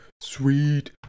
Sweet